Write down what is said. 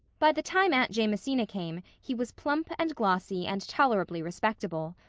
by the time aunt jamesina came he was plump and glossy and tolerably respectable.